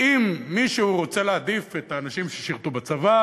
ואם מישהו רוצה להעדיף את האנשים ששירתו בצבא